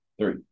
Three